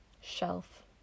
Shelf